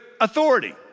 authority